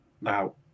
Now